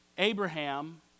Abraham